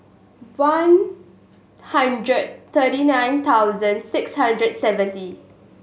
one hundred thirty nine thousand six hundred seven